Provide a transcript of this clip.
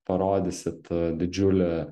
parodysit didžiulį